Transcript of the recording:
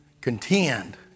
Contend